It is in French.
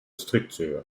structure